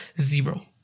Zero